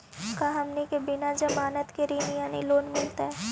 का हमनी के बिना जमानत के ऋण यानी लोन मिलतई?